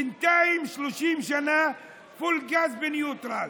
בינתיים, 30 שנה פול גז בניוטרל.